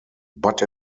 but